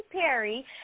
Perry